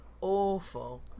awful